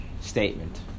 statement